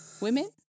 Women